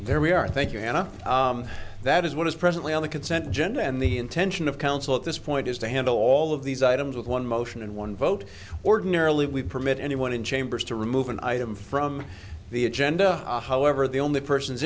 there we are thank you hannah that is what is presently on the consent agenda and the intention of counsel at this point is to handle all of these items with one motion and one vote ordinarily we permit anyone in chambers to remove an item from the agenda however the only person